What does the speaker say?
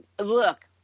Look